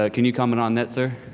ah can you comment on that, sir?